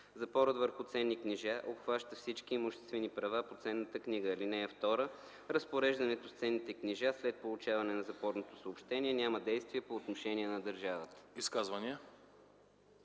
Запорът върху ценни книжа обхваща всички имуществени права по ценната книга. (2) Разпореждането с ценните книжа след получаване на запорното съобщение няма действие по отношение на държавата. ПРЕДСЕДАТЕЛ